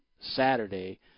Saturday